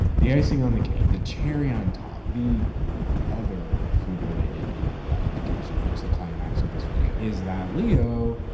the icing on the cake, the cherry on top, the other food-related idiom that indicates you've reached the climax of this video, is that leo.